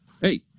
hey